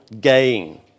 gain